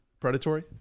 predatory